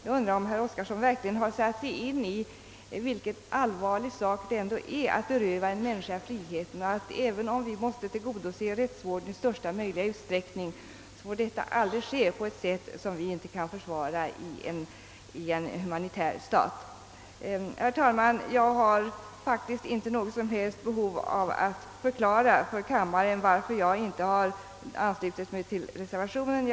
Jag undrar, om herr Oskarson verkligen har satt sig in i vilken allvarlig sak det är att beröva en människa friheten. även om vi måste tillgodose rättsvården i största möjliga utsträckning, får detta aldrig ske på ett sätt som vi inte kan försvara i en humanitär stat. Herr talman! Jag har faktiskt inte något som helst behov av att inför kammaren förklara varför jag inte anslutit mig till reservationen.